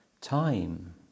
time